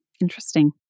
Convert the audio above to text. Interesting